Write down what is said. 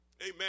Amen